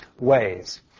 ways